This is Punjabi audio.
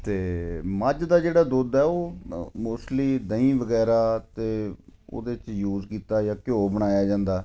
ਅਤੇ ਮੱਝ ਦਾ ਜਿਹੜਾ ਦੁੱਧ ਹੈ ਉਹ ਮੋਸਟਲੀ ਦਹੀਂ ਵਗੈਰਾ ਅਤੇ ਉਹਦੇ 'ਚ ਯੂਜ ਕੀਤਾ ਜਾਂ ਘਿਓ ਬਣਾਇਆ ਜਾਂਦਾ